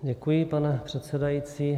Děkuji, pane předsedající.